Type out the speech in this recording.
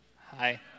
Hi